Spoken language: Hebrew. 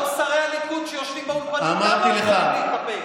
כל שרי הליכוד שיושבים באולפנים לא יכולים להתאפק.